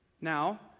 Now